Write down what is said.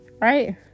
Right